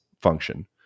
function